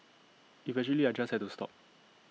eventually I just had to stop